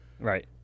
Right